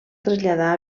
traslladar